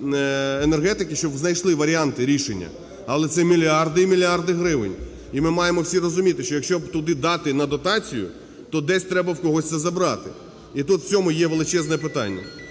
Міненергетики, щоб знайшли варіанти рішення, але це мільярди і мільярди гривень. І ми маємо всі розуміти, що якщо туди дати на дотацію, то десь треба в когось це забрати. І тут в цьому є величезне питання.